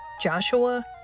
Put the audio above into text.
Joshua